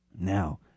Now